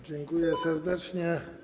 Dziękuję serdecznie.